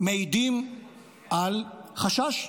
מעידים על חשש.